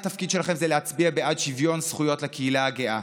התפקיד שלכם זה להצביע בעד שוויון זכויות לקהילה הגאה.